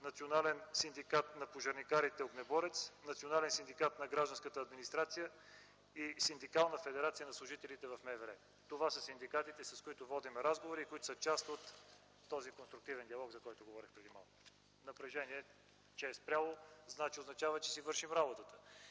Национален синдикат на пожарникарите „Огнеборец”, Национален синдикат на гражданската администрация и Синдикална федерация на служителите в МВР. Това са синдикатите, с които водим разговори и които са част от този конструктивен диалог, за който говорех преди малко. Това, че напрежението е спряло, означава, че си вършим работата.